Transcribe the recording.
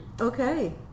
Okay